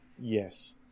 Yes